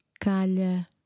Calha